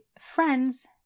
Friends